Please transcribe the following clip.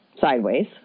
sideways